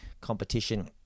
competition